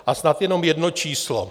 A snad jenom jedno číslo.